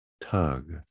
tug